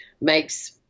makes